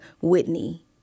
Whitney